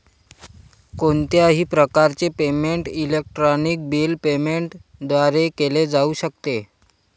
कोणत्याही प्रकारचे payment electronic bill payment द्वारे केले जाऊ शकते